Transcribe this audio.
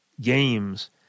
games